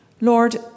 Lord